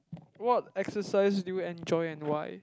what exercise do you enjoy and why